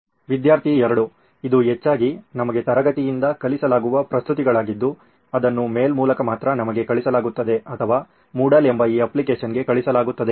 ವಿದ್ಯಾರ್ಥಿ 2 ಇದು ಹೆಚ್ಚಾಗಿ ನಮಗೆ ತರಗತಿಯಿಂದ ಕಲಿಸಲಾಗುವ ಪ್ರಸ್ತುತಿಗಳಾಗಿದ್ದು ಅದನ್ನು ಮೇಲ್ ಮೂಲಕ ಮಾತ್ರ ನಮಗೆ ಕಳುಹಿಸಲಾಗುತ್ತದೆ ಅಥವಾ ಮೂಡಲ್ ಎಂಬ ಈ ಅಪ್ಲಿಕೇಶನ್ಗೆ ಕಳುಹಿಸಲಾಗುತ್ತದೆ